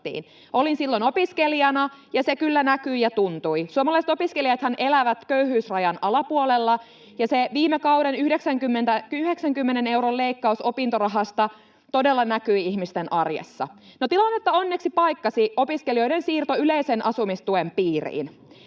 Olin silloin opiskelijana, ja se kyllä näkyi ja tuntui. Suomalaiset opiskelijathan elävät köyhyysrajan alapuolella, ja se viime kauden 90 euron leikkaus opintorahasta todella näkyi ihmisten arjessa. No, tilannetta onneksi paikkasi opiskelijoiden siirto yleisen asumistuen piiriin.